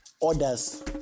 orders